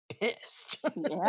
pissed